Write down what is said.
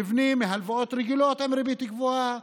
הם נבנים מהלוואות רגילות עם ריבית גבוהה,